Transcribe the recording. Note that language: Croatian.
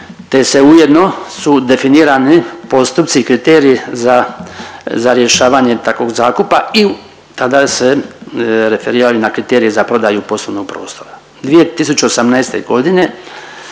te se ujedno su definirani postupci i kriteriji za, za rješavanje takvog zakupa i tada se referirali na kriterije za prodaju poslovnog prostora. 2018.g. je